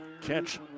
catch